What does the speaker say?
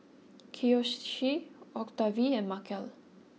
Kiyoshi Octavie and Markell